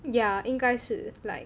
yeah 应该是 like